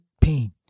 pain